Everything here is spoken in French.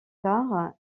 tard